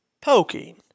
poking